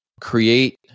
create